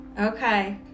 Okay